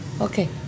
Okay